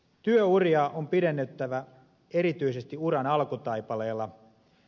työuria on pidennettävä erityisesti uran alkutaipaleella